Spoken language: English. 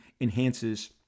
enhances